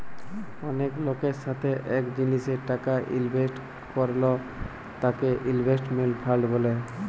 অলেক লকের সাথে এক জিলিসে টাকা ইলভেস্ট করল তাকে ইনভেস্টমেন্ট ফান্ড ব্যলে